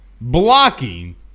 blocking